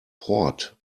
port